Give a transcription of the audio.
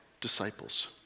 disciples